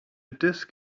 disk